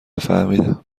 فهمیدم